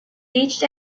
each